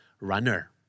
Runner